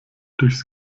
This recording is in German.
durchs